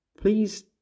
please